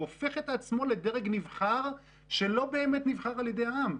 הוא הופך את עצמו לדרג נבחר שלא באמת נבחר על ידי העם,